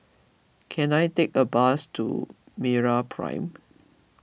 can I take a bus to MeraPrime